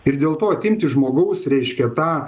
ir dėl to atimti iš žmogaus reiškia tą